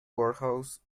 warehouse